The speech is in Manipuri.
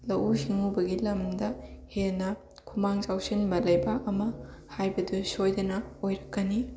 ꯂꯧꯎ ꯁꯤꯡꯎꯕꯒꯤ ꯂꯝꯗ ꯍꯦꯟꯅ ꯈꯨꯃꯥꯡ ꯆꯥꯎꯁꯟꯕ ꯂꯩꯕꯥꯛ ꯑꯃ ꯍꯥꯏꯕꯗꯨ ꯁꯣꯏꯗꯅ ꯑꯣꯏꯔꯛꯀꯅꯤ